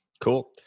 Cool